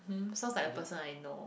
sounds like a person I know